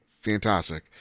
fantastic